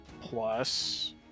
plus